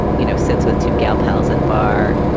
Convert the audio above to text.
you know, sits with two gal pals at a bar.